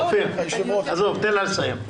עזוב, תן לה לסיים.